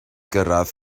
gyrraedd